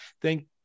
Thank